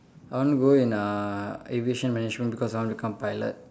I want go in uh aviation management because I want to become pilot